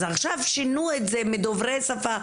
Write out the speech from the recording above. אז עכשיו שינו את זה מדוברי שפה,